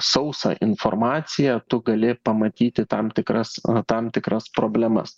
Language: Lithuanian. sausą informaciją tu gali pamatyti tam tikras tam tikras problemas